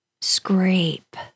Scrape